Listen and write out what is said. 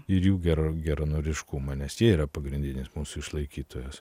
ir jų gerageranoriškumą nes jie yra pagrindinis mūsų išlaikytojas